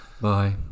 Bye